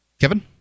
Kevin